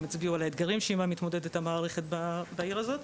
הם הצביעו על אתגרים שעימם מתמודדת המערכת בעיר הזאת.